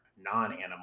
non-animal